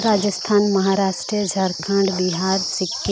Rajasthan Maharashtra Jharkhand Bihar Sikkim